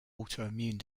autoimmune